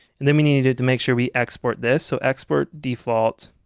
and then we need to make sure we export this, so expert default